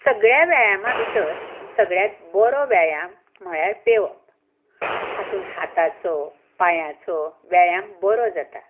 सगल्या व्यायामा भितर सगल्यात बरो व्यायाम म्हळ्यार पेंवप हातून हाताचो पांयाचो व्यायाम बरो जाता